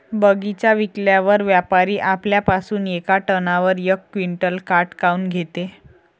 बगीचा विकल्यावर व्यापारी आपल्या पासुन येका टनावर यक क्विंटल काट काऊन घेते?